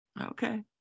okay